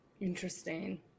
Interesting